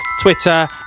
twitter